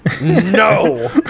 No